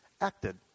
acted